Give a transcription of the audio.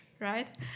right